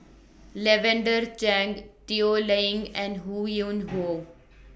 Lavender Chang Toh Liying and Ho Yuen Hoe